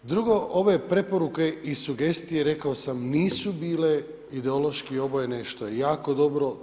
Drugo, ove preporuke i sugestije rekao sam nisu bile ideološki obojene što je jako dobro.